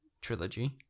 trilogy